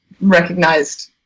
recognized